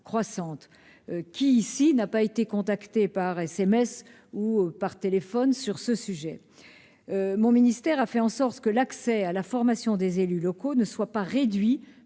enceinte, n'a pas été contacté par SMS ou par téléphone sur ce sujet ? Mes services ont fait en sorte que l'accès à la formation des élus locaux ne soit pas restreint